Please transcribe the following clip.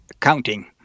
counting